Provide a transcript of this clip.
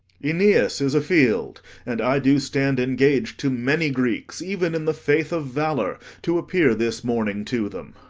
aeneas is a-field and i do stand engag'd to many greeks, even in the faith of valour, to appear this morning to them.